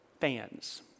fans